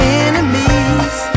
enemies